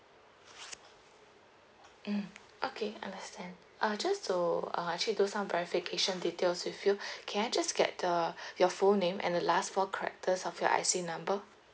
mm okay understand ah just to ah actually do some verification details with you can I just get the your full name and the last four characters of your I_C number